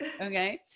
okay